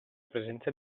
presenza